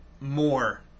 More